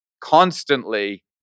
constantly